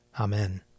Amen